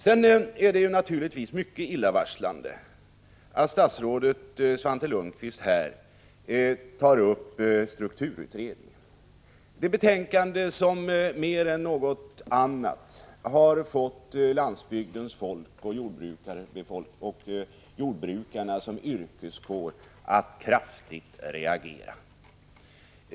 Det är naturligtvis mycket illavarslande att statsrådet Svante Lundkvist här tar upp strukturutredningen och dess betänkande, ett betänkande som mer än något annat har fått landsbygdens folk och jordbrukarna som yrkeskår att kraftigt reagera.